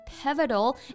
pivotal